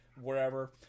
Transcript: wherever